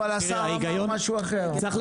אבל השר אומר משהו אחר.